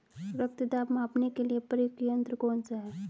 रक्त दाब मापने के लिए प्रयुक्त यंत्र कौन सा है?